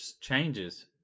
changes